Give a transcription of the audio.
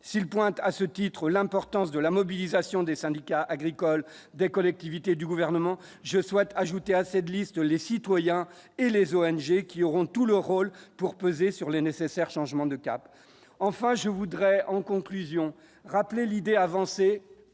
s'il pointe à ce titre, l'importance de la mobilisation des syndicats agricoles des collectivités du gouvernement, je souhaite ajouter à cette liste les citoyens et les ONG qui auront tous leur rôle pour peser sur les nécessaires changements de cap, enfin, je voudrais en conclusion, rappelait l'idée avancée